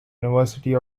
university